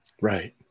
Right